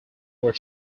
were